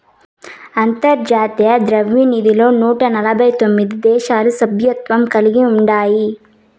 అంతర్జాతీయ ద్రవ్యనిధిలో నూట ఎనబై తొమిది దేశాలు సభ్యత్వం కలిగి ఉండాయి